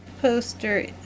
poster